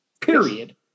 period